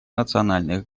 национальных